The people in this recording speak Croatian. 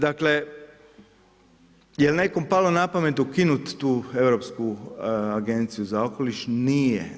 Dakle jel nekom palo na pamet ukinuti tu europsku agenciju za okoliš, nije.